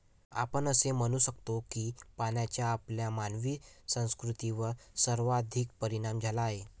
आपण असे म्हणू शकतो की पाण्याचा आपल्या मानवी संस्कृतीवर सर्वाधिक परिणाम झाला आहे